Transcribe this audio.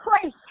place